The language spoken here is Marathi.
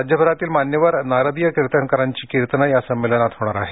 राज्यभरातील मान्यवर नारदीय कीर्तनकारांची कीर्तने या संमेलनात होणार आहेत